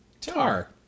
tar